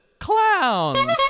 clowns